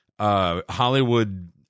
Hollywood